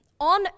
on